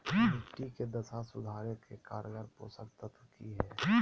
मिट्टी के दशा सुधारे के कारगर पोषक तत्व की है?